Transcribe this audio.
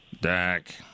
Dak